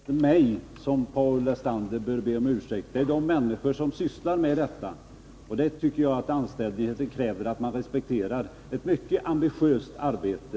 Fru talman! Det är inte mig som Paul Lestander bör be om ursäkt utan de människor som sysslar med detta. Jag tycker att anständigheten kräver att man respekterar ett mycket ambitiöst arbete.